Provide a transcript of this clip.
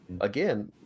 again